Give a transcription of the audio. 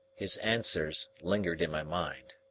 his answers lingered in my mind.